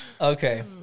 okay